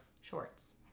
shorts